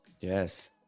yes